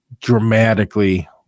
dramatically